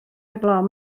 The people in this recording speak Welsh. heblaw